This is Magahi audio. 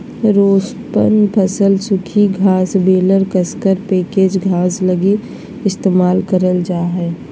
रोपण फसल सूखी घास बेलर कसकर पैकेज घास लगी इस्तेमाल करल जा हइ